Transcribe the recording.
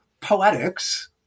poetics